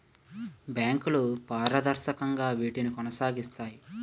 బ్యాంకులు పారదర్శకంగా వీటిని కొనసాగిస్తాయి